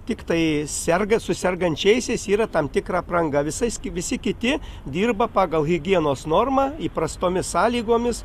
tiktai serga su sergančiaisiais yra tam tikra apranga visais visi kiti dirba pagal higienos normą įprastomis sąlygomis